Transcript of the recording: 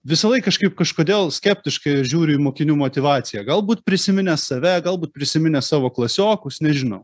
visąlaik kažkaip kažkodėl skeptiškai aš žiūriu į mokinių motyvaciją galbūt prisiminęs save galbūt prisiminęs savo klasiokus nežinau